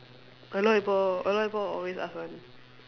a lot people a lot people will always ask one